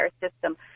system